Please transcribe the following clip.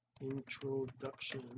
introduction